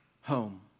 home